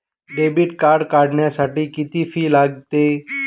Debit card काढण्यासाठी किती fee लागते?